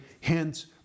hence